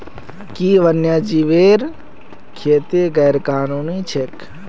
कि वन्यजीवेर खेती गैर कानूनी छेक?